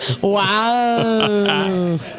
Wow